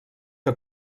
que